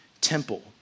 temple